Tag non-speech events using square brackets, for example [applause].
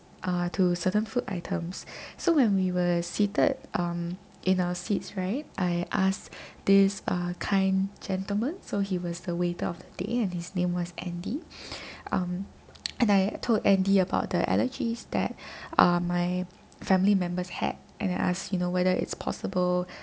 uh to certain food items so when we were seated um in our seats right I asked this uh kind gentleman so he was the waiter of the day and his name was andy [breath] um [noise] and I I told andy about the allergies that uh my family members had and I asked you know whether it's possible